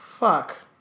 Fuck